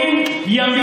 רבין.